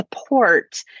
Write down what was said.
support